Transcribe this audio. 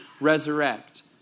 resurrect